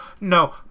no